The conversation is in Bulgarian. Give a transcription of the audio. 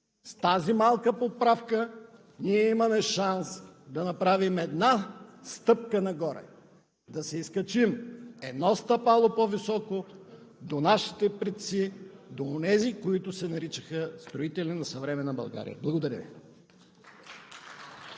С тази малка поправка ние имаме шанс да направим една стъпка нагоре, да се изкачим едно стъпало по-високо до нашите предци, до онези, които се наричаха строители на съвременна България. Благодаря Ви.